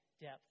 depth